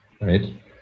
right